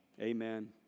Amen